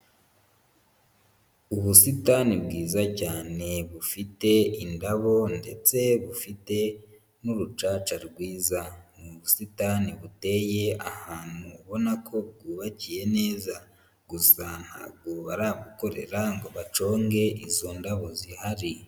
Ubusitani bwiza cyane bufite indabo ndetse bufite n'urucaca rwiza. Ni ubusitani buteye ahantu ubona ko bwubakiye neza, gusa ntabwo barabukorera ngo baconge izo ndabo zihari.